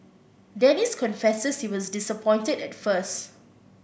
Dennis confesses he was disappointed at first